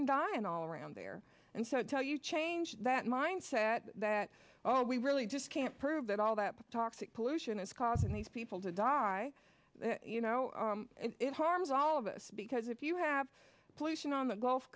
and dying all around there and so i tell you change that mindset that oh we really just can't prove that all that talk to pollution is causing these people to die you know it harms all of us because if you have pollution on the gulf